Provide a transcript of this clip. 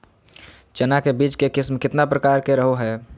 चना के बीज के किस्म कितना प्रकार के रहो हय?